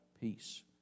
peace